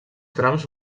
trams